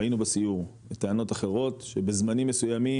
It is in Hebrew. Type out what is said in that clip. ראינו בסיור לטענות אחרות שבזמנים מסוימים